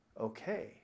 okay